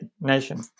nation